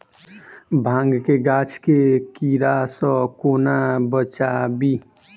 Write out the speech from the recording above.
भांग केँ गाछ केँ कीड़ा सऽ कोना बचाबी?